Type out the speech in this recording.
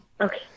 Okay